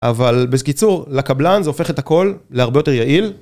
אבל בקיצור לקבלן זה הופך את הכל להרבה יותר יעיל.